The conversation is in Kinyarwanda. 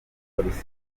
polisi